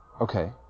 Okay